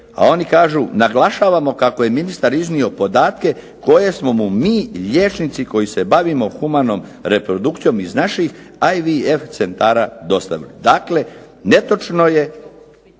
a oni kažu, naglašavamo kako je ministar iznio podatke koje smo mu mi, liječnici koji se bavimo humanom reprodukcijom iz naših IVF centara dostavili. Dakle, netočno se